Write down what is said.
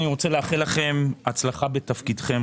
אני רוצה לאחל לכם הצלחה בתפקידכם,